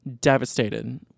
devastated